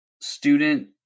student